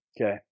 Okay